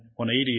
180